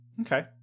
Okay